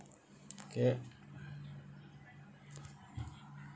okay